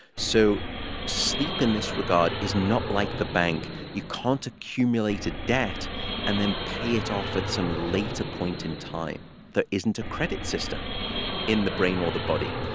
so sleep, in this regard, is not like the bank. you can't accumulate a debt and then pay it off at some later point in time. there isn't a credit system in the brain or the body.